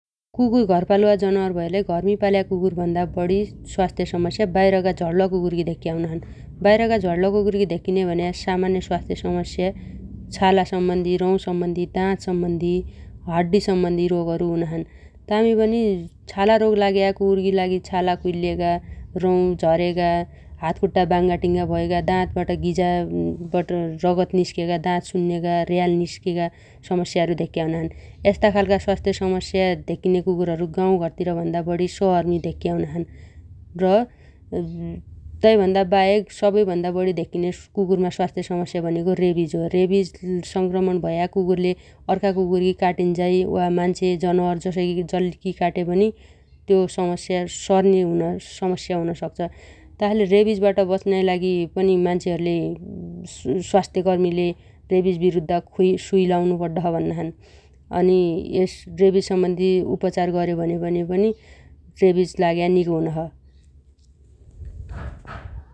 कुकुर घरपालुवा जनावर भयालै घरमी पाल्या कुकुर भन्ना बढि स्वास्थ्य समस्या बाइरगा झण्ल्वा कुकुरमी धेक्क्या हुनाछन् । बाइरा कुकुरगी धेक्कीन्या भन्या सामान्य स्वास्थ्य समस्या छालासम्बन्धि, रौ‌सम्बन्धि, दाँतसम्बन्धि, हाड्डीसम्बन्धी रोगहरु हुनाछन् । तामिबनी छाला रोग लाग्या कुकुरगी लागि छाला खुइल्यगा, रौ झरेगा, हातगोणा बांगाटिंगा भएगा, दातगिजाबाट रगत निस्केगा, दात सुन्नेगा, र्याल निस्केगा समस्याहरू धेक्केगा हुनाछन् । यस्ताखालगा स्वास्थ्य समस्या धेक्किन्या कुकुरहरू गाउँघर तिरभन्ना बढि शहरमी धेक्क्या हुनाछन् । र तै भन्दाबाहेक सबैभन्दा बढि धेक्किने कुकुरमा स्वास्थ्य समस्या भनेगो रेविज हो । रेविज स-संक्रमणा भया कुकुरले अर्खा कुकुरखी काटिन्झाइ, वा मान्छे जनावर जसैखी जैखी काटेपनी त्यो समस्या सर्ने हुन समस्या हुनसक्छ । तासाइले रेविजबाट बच्नाइ लागि पनि मान्छहरूले स्वास्थ्यकर्मीले रेविजविरूद्द खुइ-सुइ लाउनुपड्डोछ भन्नाछन् । अनि यस रेविजसम्बन्धि उपचार अर्यो भने -भनेपनि रेविज लाग्या निगो हुनो छ ।